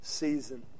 season